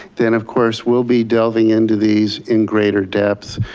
then of course, we'll be delving into these in greater depth.